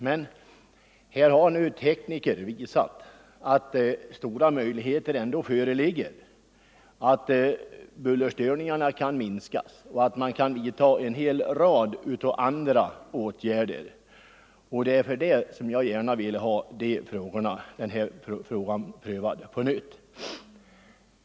Men våra tekniker har ju visat att stora möjligheter ändå finns för att bullerstörningarna kan komma att minskas och att en hel rad andra åtgärder också kan vidtas, stora förändringar kanske. Därför vill jag mycket gärna ha denna fråga prövad på nytt.